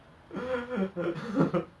!oops! !oops!